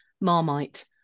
Marmite